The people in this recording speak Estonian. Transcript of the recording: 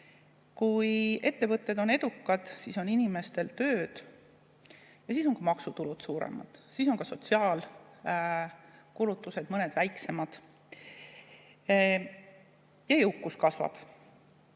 Kui ettevõtted on edukad, siis on inimestel tööd ja siis on ka maksutulud suuremad, siis on mõned sotsiaalkulutused väiksemad ja jõukus kasvab.